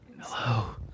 Hello